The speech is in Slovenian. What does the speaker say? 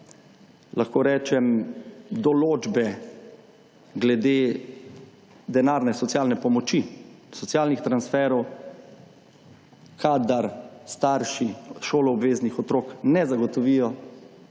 lahko rečem določbe glede denarne socialne pomoči, socialnih transferjev, kadar starši šoloobveznih otrok ne zagotovijo